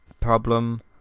problem